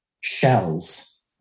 shells